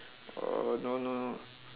uh no no